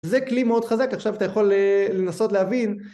זה כלי מאוד חזק, עכשיו אתה יכול לנסות להבין